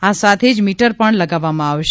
આ સાથે જ મીટર પણ લગાવવામાં આવશે